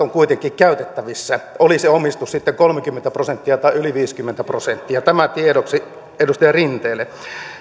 ovat kuitenkin käytettävissä oli se omistus sitten kolmekymmentä prosenttia tai yli viisikymmentä prosenttia tämä tiedoksi edustaja rinteelle